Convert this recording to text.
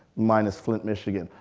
minus flint, michigan.